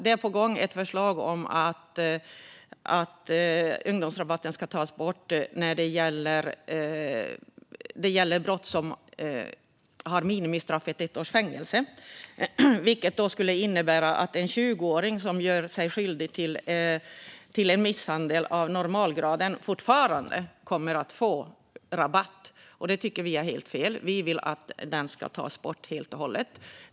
Ett förslag är på gång om att ungdomsrabatten ska tas bort när det gäller brott som har minimistraffet ett års fängelse, vilket skulle innebära att en 20-åring som gör sig skyldig till en misshandel av normalgraden fortfarande kommer att få rabatt. Det tycker vi är helt fel. Vi vill att den ska tas bort helt och hållet.